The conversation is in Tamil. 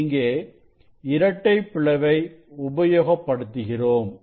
நாம் இங்கே இரட்டைப் பிளவை உபயோகப்படுத்துகிறோம்